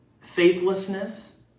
faithlessness